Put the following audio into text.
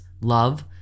Love